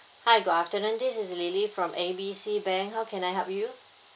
hi good afternoon this is lily from A B C bank how can I help you